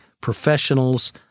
professionals